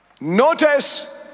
Notice